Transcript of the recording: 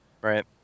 Right